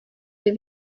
des